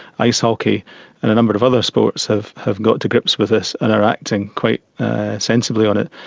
ice hockey and a number of other sports have have got to grips with this and are acting quite sensibly on it.